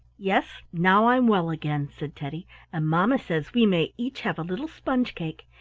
yes, now i'm well again, said teddy and mamma says we may each have a little sponge-cake,